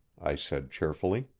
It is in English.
i said cheerfully.